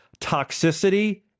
toxicity